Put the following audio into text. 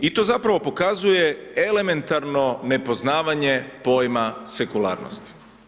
I to zapravo pokazuje elementarno nepoznavanje pojma sekularnost.